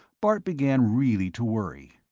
bart began really to worry.